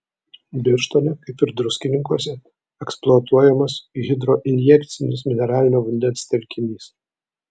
birštone kaip ir druskininkuose eksploatuojamas hidroinjekcinis mineralinio vandens telkinys